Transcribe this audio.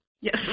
Yes